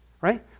right